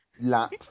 Lap